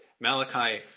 Malachi